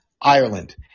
Ireland